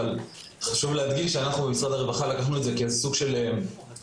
אבל חשוב להדגיש שאנחנו במשרד הרווחה לקחנו את זה כאיזשהו סוג של פרויקט